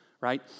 right